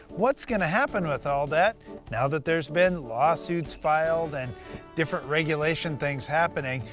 what's going to happen with all that now that there's been lawsuits filed and different regulation things happening?